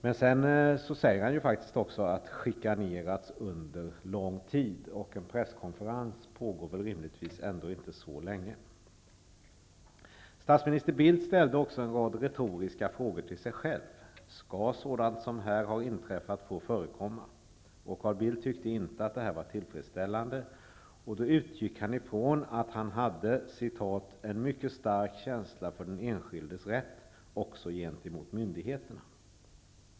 Men sedan säger han faktiskt också ''chikanerats under lång tid'', och en presskonferens pågår väl rimligtvis inte så länge. Statsminister Bildt ställde också en rad retoriska frågor till sig själv. ''Skall sådant som här har inträffat få förekomma?'' Och Carl Bildt tyckte inte att det här var tillfredsställande. Då utgick han från att han hade ''en mycket stark känsla för den enskildes rätt också gentemot myndigheterna''.